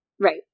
Right